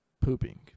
pooping